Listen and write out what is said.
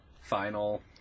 Final